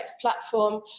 platform